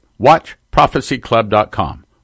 WatchProphecyClub.com